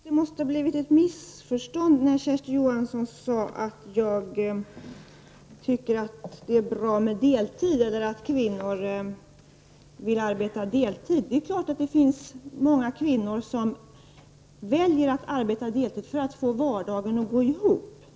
Herr talman! Jag tror att Kersti Johansson måste ha missförstått mig, eftersom hon sade att jag tycker att det är bra med deltid och att kvinnor vill arbeta deltid. Det finns naturligtvis många kvinnor som väljer att arbeta deltid för att få vardagen att gå ihop.